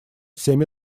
всеми